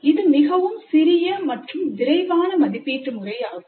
இது மிகவும் சிறிய மற்றும் விரைவான மதிப்பீட்டு முறை ஆகும்